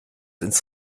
ins